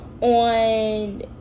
on